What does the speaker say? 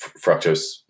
fructose